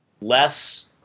less